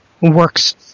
works